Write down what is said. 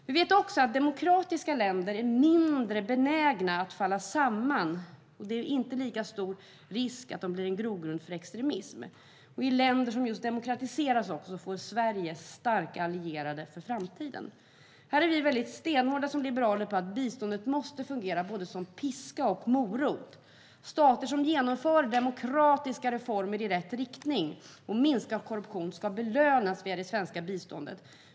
Vi vet också att demokratiska länder är mindre benägna att falla samman, och det är inte lika stor risk att de blir en grogrund för extremism. I länder som demokratiseras får Sverige starka allierade för framtiden. Här är vi liberaler stenhårda med att biståndet måste fungera både som piska och som morot. Stater som genomför demokratiska reformer i rätt riktning och minskar korruptionen ska belönas via det svenska biståndet.